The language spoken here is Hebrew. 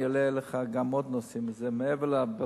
אני מעלה לך גם נושאים מעבר לזה,